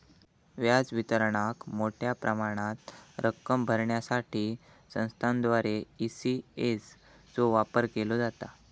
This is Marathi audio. व्याज वितरणाक मोठ्या प्रमाणात रक्कम भरण्यासाठी संस्थांद्वारा ई.सी.एस चो वापर केलो जाता